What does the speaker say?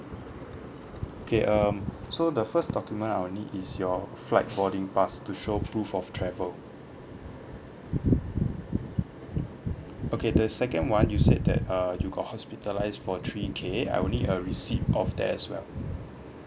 okay um so the first document I will need is your flight boarding pass to show prove of travel okay the second one you said that err you got hospitalised for three K I will need a receipt of that as well